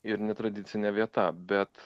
ir netradicinė vieta bet